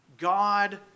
God